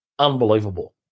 Unbelievable